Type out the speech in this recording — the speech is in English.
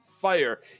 fire